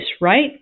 right